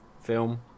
film